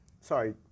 Sorry